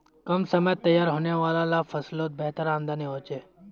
कम समयत तैयार होने वाला ला फस्लोत बेहतर आमदानी होछे